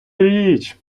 річ